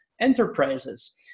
enterprises